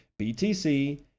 BTC